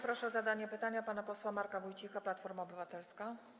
Proszę o zadanie pytania pana posła Marka Wójcika, Platforma Obywatelska.